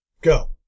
Go